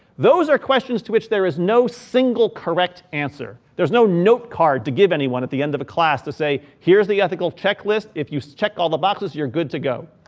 those are questions to which there is no single correct answer. there's no note card to give anyone at the end of the class to say, here's the ethical checklist, if you check all the boxes, you're good to go.